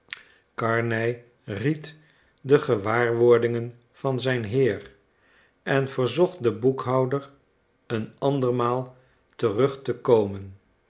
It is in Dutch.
karnej ried de gewaarwordingen van zijn heer en verzocht den boekhouder een andermaal terug te komen